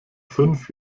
fünf